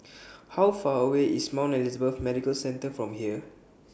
How Far away IS Mount Elizabeth Medical Center from here